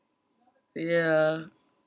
ya